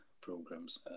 programs